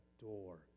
door